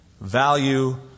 value